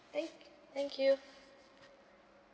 thank thank you